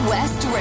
West